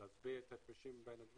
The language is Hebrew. ולהסביר את הדברים,